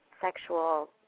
sexual